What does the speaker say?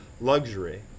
luxury